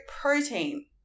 protein